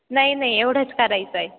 नाही नाही एवढंच करायचं आहे